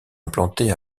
implanté